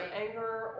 anger